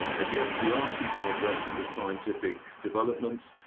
and yes, we are keeping abreast of the scientific developments.